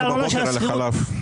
של הארנונה או של השכירות,